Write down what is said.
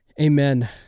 Amen